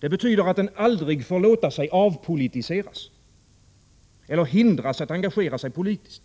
Det betyder att den aldrig får låta sig avpolitiseras eller hindras att engagera sig politiskt.